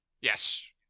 yes